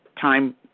time